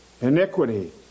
iniquity